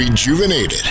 Rejuvenated